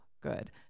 good